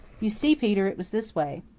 you see, peter, it was this way.